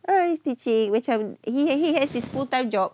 uh teaching macam he has he has his full time job